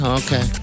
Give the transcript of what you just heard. okay